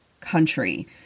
country